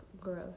growth